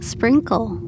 Sprinkle